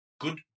good